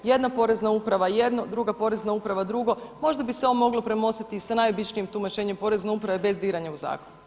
Jedna Porezna uprava jedno, druga Porezna uprava drugo, možda bi se ovo moglo premostiti sa najobičnijim tumačenjem Porezne uprave bez diranja u zakon.